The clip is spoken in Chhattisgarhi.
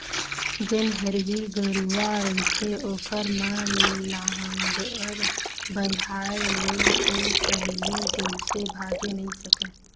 जेन हरही गरूवा रहिथे ओखर म लांहगर बंधाय ले ओ पहिली जइसे भागे नइ सकय